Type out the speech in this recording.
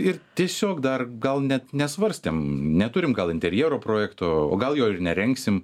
ir tiesiog dar gal net nesvarstėm neturim gal interjero projekto o gal jo ir nerengsim